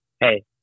hey